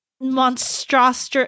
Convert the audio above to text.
monstrous